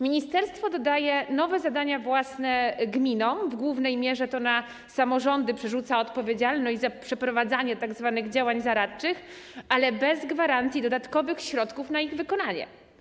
Ministerstwo dodaje nowe zadania własne gminom, w głównej mierze to na samorządy przerzuca odpowiedzialność za przeprowadzanie tzw. działań zaradczych, ale bez gwarancji przekazania dodatkowych środków na ich wykonanie.